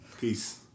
Peace